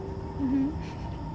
mmhmm